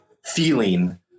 Feeling